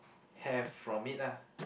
have from it ah